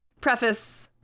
Preface